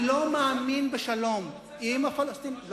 אני לא מאמין בשלום עם הפלסטינים.